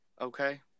okay